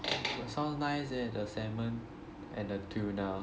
sounds nice eh the salmon and the tuna